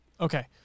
okay